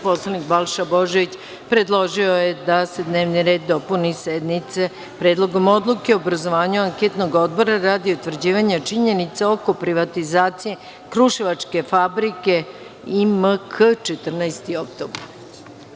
Narodni poslanik Balša Božović predložio je da se dnevni red sednice dopuni predlogom Odluke o obrazovanju Anketnog odbora radi utvrđivanja činjenica oko privatizacije kruševačke fabrike IMK „14. oktobar“